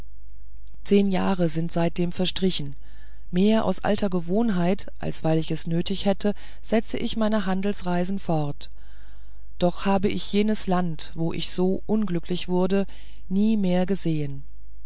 zehn jahre sind seitdem verstrichen mehr aus alter gewohnheit als weil ich es nötig hätte setze ich meine handelsreisen fort doch habe ich jenes land wo ich so unglücklich wurde nie mehr gesehen